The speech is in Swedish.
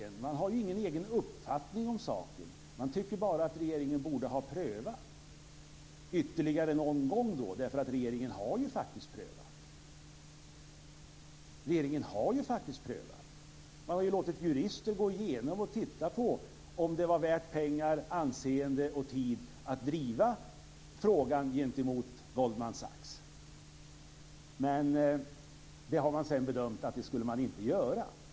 Man har ingen egen uppfattning om saken. Man tycker bara att regeringen borde ha prövat ytterligare någon gång. Regeringen har ju faktiskt prövat. Man har låtit jurister gå igenom det här och titta på om det var värt pengar, anseende och tid att driva frågan gentemot Goldman Sachs. Men det har man sedan bedömt att man inte skulle göra.